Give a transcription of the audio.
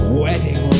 wedding